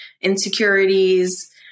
insecurities